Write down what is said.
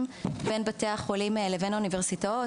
בין בתי החולים לבין האוניברסיטאות,